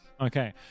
Okay